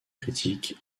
critique